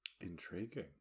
Intriguing